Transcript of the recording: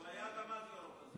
הוא היה גם אז ראש אופוזיציה.